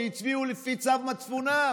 שהצביעו לפי צו מצפונם